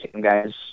guys